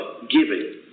giving